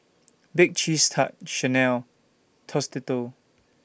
Bake Cheese Tart Chanel Tostitos